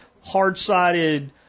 hard-sided